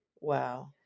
Wow